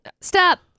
Stop